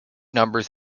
numbers